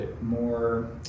more